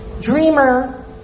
dreamer